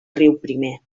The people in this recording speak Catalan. riuprimer